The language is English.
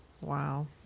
Wow